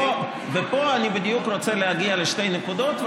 ופה אני בדיוק רוצה להגיע לשתי נקודות,